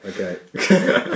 okay